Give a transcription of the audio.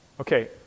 Okay